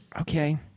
Okay